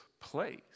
place